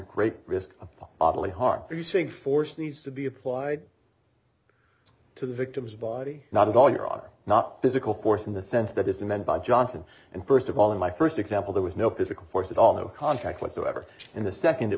great risk of ottilie heart producing force needs to be applied to the victim's body not at all you are not physical force in the sense that isn't meant by johnson and first of all in my first example there was no physical force at all no contact whatsoever in the second it